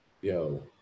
yo